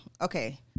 okay